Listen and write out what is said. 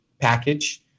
package